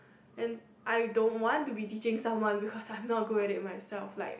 and I don't want to be teaching someone because I'm not good at it myself like